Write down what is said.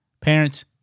Parents